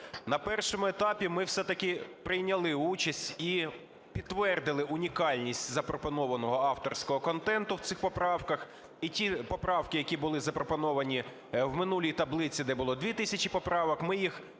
На першому етапі ми все-таки прийняли участь і підтвердили унікальність запропонованого авторського контенту в цих поправках, і ті поправки, які були запропоновані в минулій таблиці, де було 2 тисячі поправок, ми їх переконали